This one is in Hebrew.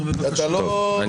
אני